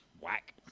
Whack